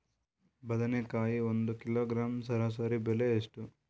ಬದನೆಕಾಯಿ ಒಂದು ಕಿಲೋಗ್ರಾಂ ಸರಾಸರಿ ಬೆಲೆ ಎಷ್ಟು?